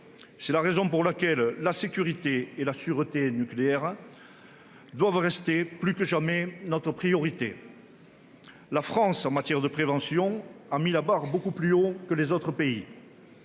c'est la raison pour laquelle la sécurité et la sûreté nucléaire doivent rester, plus que jamais, notre priorité. En matière de prévention, la France a placé la barre beaucoup plus haut que les autres pays.